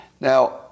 Now